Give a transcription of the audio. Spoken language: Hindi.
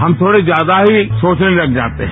हम थोड़े ज्यादा ही सोचने लग जाते है